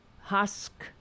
Husk